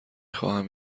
خواهم